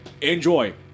Enjoy